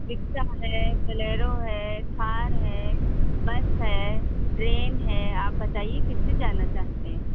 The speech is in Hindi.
रिक्सा है फलेरो है थार है बस है ट्रेन है आप बताइए किस से जाना चाहते हैं